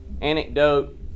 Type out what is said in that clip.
anecdote